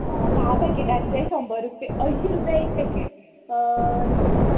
धा पॅकेटांचे शंबर रुपया अंयशीं रुपया एक पॅकेट